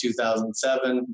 2007